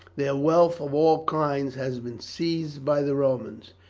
their wealth of all kinds has been seized by the romans.